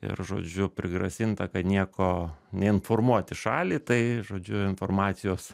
ir žodžiu prigrasinta kad nieko neinformuoti šalį tai žodžiu informacijos